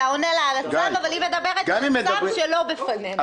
אתה עונה לה על הצו אבל היא מדברת על הצו שלא בפנינו.